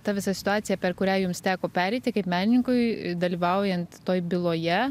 ta visa situacija per kurią jums teko pereiti kaip menininkui dalyvaujant toj byloje